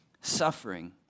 suffering